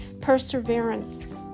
perseverance